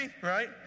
right